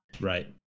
Right